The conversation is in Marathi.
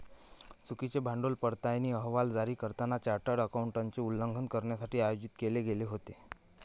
चुकीचे भांडवल पडताळणी अहवाल जारी करताना चार्टर्ड अकाउंटंटचे उल्लंघन करण्यासाठी आयोजित केले गेले होते